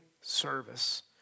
service